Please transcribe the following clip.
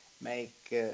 make